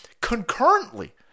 concurrently